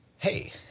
Hey